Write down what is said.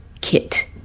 kit